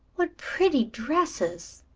what pretty dresses!